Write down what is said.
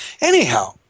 Anyhow